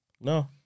No